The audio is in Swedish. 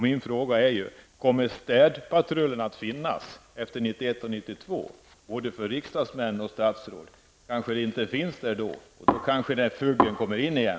Min fråga är: Kommer städpatrullen att finnas efter 1991 och 1992 både för riksdagsmän och statsråd? I annat fall kanske FUG-en kommer in igen.